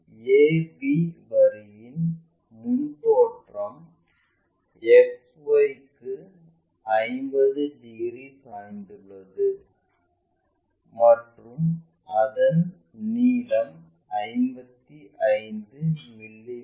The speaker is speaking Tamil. AB வரியின் முன் தோற்றம் XY க்கு 50 டிகிரி சாய்ந்துள்ளது மற்றும் அதன் நீளம் 55 மிமீ